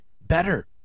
better